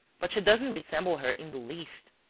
but she doesn't resemble her in the least.